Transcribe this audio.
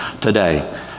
Today